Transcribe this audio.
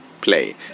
play